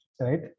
right